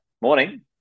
Morning